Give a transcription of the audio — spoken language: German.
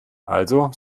also